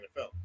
NFL